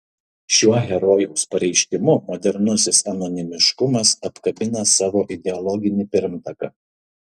šiuo herojaus pareiškimu modernusis anonimiškumas apkabina savo ideologinį pirmtaką